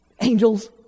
Angels